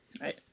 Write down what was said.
right